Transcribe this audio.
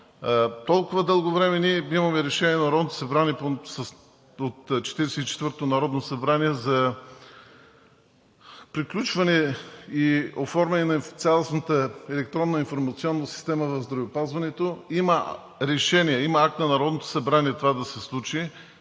толкова дълго време ние имаме решение – от 44-тото народно събрание, за приключване и оформяне на цялостната електронна информационна система в здравеопазването и има решение, има акт на Народното събрание това да се случи